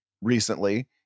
recently